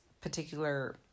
particular